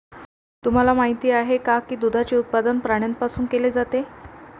तुम्हाला माहित आहे का की दुधाचे उत्पादन प्राण्यांपासून केले जाते?